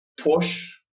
push